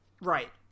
right